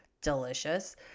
delicious